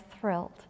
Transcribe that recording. thrilled